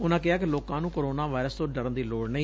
ਉਨਾਂ ਕਿਹਾ ਕਿ ਲੋਕਾਂ ਨੂੰ ਕੋਰੋਨਾ ਵਾਇਰਸ ਤੋਂ ਡਰਨ ਦੀ ਲੋੜ ਨਹੀਂ